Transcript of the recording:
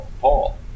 Paul